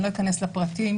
אני לא אכנס לפרטים,